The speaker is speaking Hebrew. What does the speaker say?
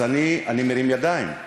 אז אני מרים ידיים.